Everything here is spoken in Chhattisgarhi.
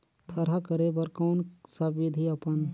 थरहा करे बर कौन सा विधि अपन?